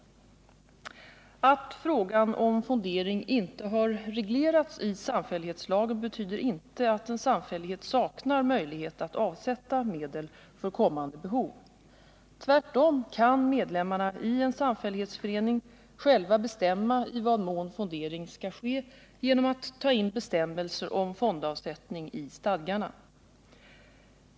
Att frågan om fondering inte har reglerats i samfällighetslagen betyder inte att en samfällighet saknar möjlighet att avsätta medel för kommande behov. Tvärtom kan medlemmarna i en samfällighetsförening själva bestämma i vad mån fondering skall ske genom att ta in bestämmelser om fondavsättning i stadgarna.